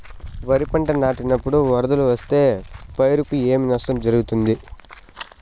వరిపంట నాటినపుడు వరదలు వస్తే పైరుకు ఏమి నష్టం జరుగుతుంది?